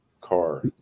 car